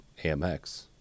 AMX